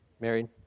married